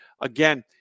again